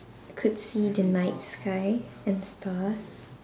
could see the night sky and the stars